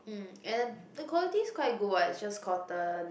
mm and the quality's quite good what it's just cotton